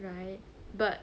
right but